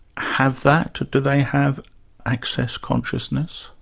have that? do they have access consciousness